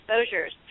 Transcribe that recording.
exposures